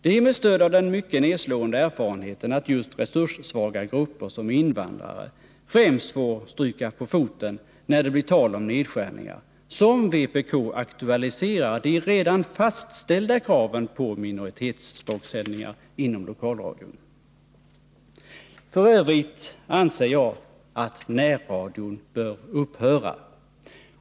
Det är med stöd av den mycket nedslående erfarenheten att just resurssvaga grupper som invandrare främst får stryka på foten när det blir tal om nedskärningar som vpk aktualiserar de redan fastställda kraven på minoritetsspråkssändningar inom lokalradion. F. ö. anser jag att närradion bör upphöra.